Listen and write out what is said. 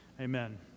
Amen